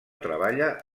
treballa